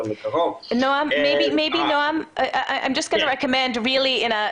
נועם, אין צורך בתרגום מילולי.